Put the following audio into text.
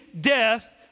death